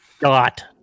Dot